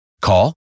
Call